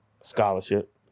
scholarship